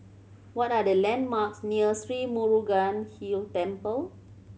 what are the landmarks near Sri Murugan Hill Temple